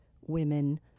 women